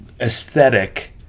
aesthetic